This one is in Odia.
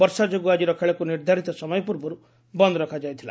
ବର୍ଷା ଯୋଗୁଁ ଆକ୍ଟିର ଖେଳକୁ ନିର୍ଦ୍ଧାରିତ ସମୟ ପୂର୍ବରୁ ବନ୍ଦ୍ ରଖାଯାଇଥିଲା